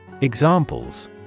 Examples